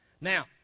Now